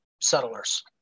settlers